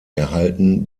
erhalten